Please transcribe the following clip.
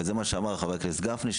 זה מה שאמר חבר הכנסת גפני,